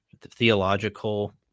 theological